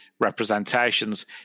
representations